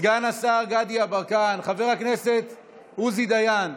סגן השר גדי יברקן, חבר הכנסת עוזי דיין,